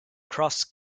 cross